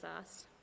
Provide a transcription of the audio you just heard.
asked